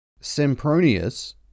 Sempronius